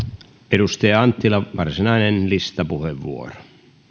edustaja anttila varsinainen listapuheenvuoro